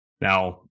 Now